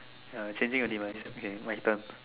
ya changing of device okay why term